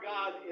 God